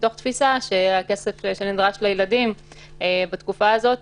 מתוך תפיסה שהכסף שנדרש לילדים בתקופה הזאת